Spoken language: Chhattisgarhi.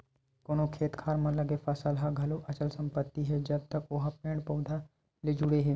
कोनो खेत खार म लगे फसल ह घलो अचल संपत्ति हे जब तक ओहा पेड़ पउधा ले जुड़े हे